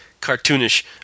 cartoonish